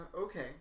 okay